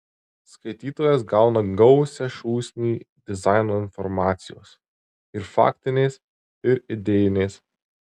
skaitytojas gauna gausią šūsnį dizaino informacijos ir faktinės ir idėjinės